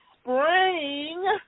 spring